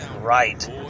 right